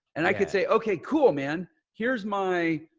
and i could say, okay, cool, man, here's my,